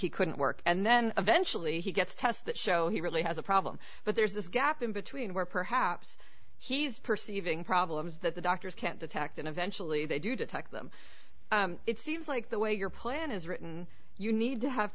he couldn't work and then eventually he gets tests that show he really has a problem but there's this gap in between where perhaps he's perceiving problems that the doctors can't detect and eventually they do detect them it seems like the way your plan is written you need to have